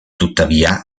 tuttavia